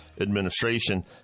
Administration